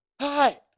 Hi